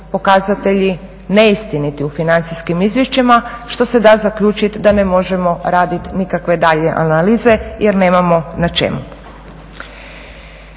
pokazatelji neistiniti u financijskim izvješćima što se da zaključiti da ne možemo raditi nikakve daljnje analize jer nemamo na čemu.